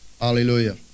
Hallelujah